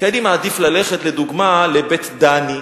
כי אני מעדיף ללכת לדוגמה ל"בית דני"